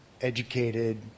educated